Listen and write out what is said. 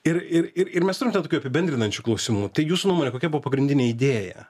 ir ir ir ir mes turim ten tokių apibendrinančių klausimų tai jūsų nuomone kokia buvo pagrindinė idėja